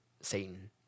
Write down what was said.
Satan